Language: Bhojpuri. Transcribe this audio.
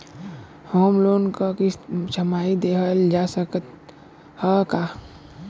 होम लोन क किस्त छमाही देहल जा सकत ह का?